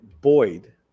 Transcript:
boyd